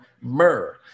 myrrh